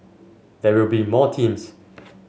there will be more teams